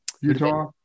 Utah